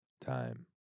time